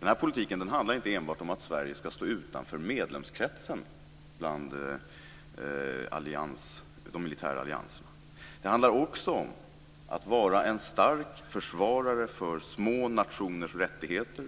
Den politiken handlar inte enbart om att Sverige skall stå utanför medlemskretsen bland de militära allianserna. Det handlar också om att vara en stark försvarare för små nationers rättigheter